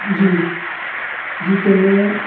جی جی تو میں